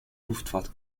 luftfahrt